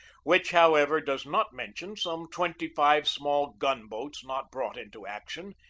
which, however, does not mention some twenty-five small gun-boats not brought into action,